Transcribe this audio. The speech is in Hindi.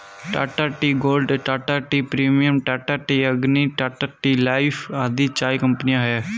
Tata tea gold, Tata tea premium, Tata tea Agni, Tata tea life आदि चाय कंपनियां है